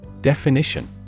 Definition